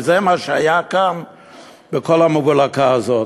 זה מה שהיה כאן בכל המבולקה הזאת.